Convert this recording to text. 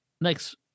next